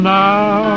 now